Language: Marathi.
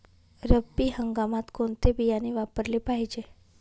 रब्बी हंगामात कोणते बियाणे वापरले पाहिजे?